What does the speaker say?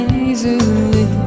easily